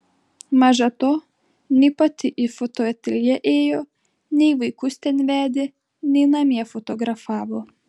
maža to nei pati į fotoateljė ėjo nei vaikus ten vedė nei namie fotografavo